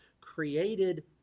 created